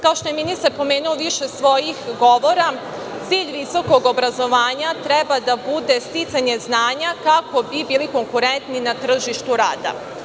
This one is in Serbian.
Kao što je ministar pomenuo u više svojih govora, cilj visokog obrazovanja treba da bude sticanje znanja kako bi bili konkurentni na tržištu rada.